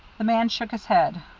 the man shook his head.